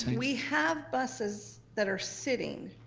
and we have buses that are sitting,